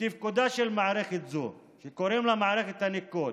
בתפקודה של מערכת זו שקוראים לה מערכת הניקוד.